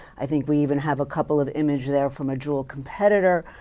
i think we even have a couple of images there from a juul competitor,